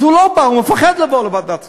אז הוא לא בא, הוא מפחד לבוא לוועדת הכספים.